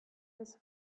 his